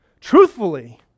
truthfully